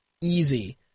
easy